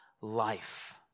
life